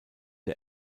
der